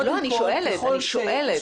אני שואלת.